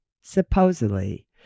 supposedly